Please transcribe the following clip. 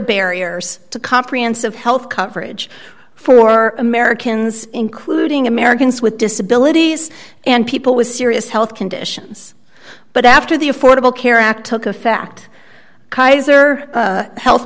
barriers to comprehensive health coverage for americans including americans with disabilities and people with serious health conditions but after the affordable care act took effect kaiser health